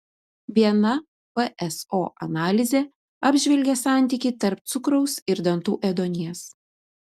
viena pso analizė apžvelgė santykį tarp cukraus ir dantų ėduonies